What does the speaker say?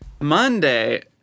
Monday